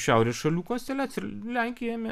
ir šiaurės šalių konsteliacija ir lenkija ėmė